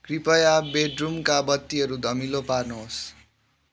कृपया बेडरूमका बत्तीहरू धमिलो पार्नुहोस्